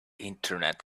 internet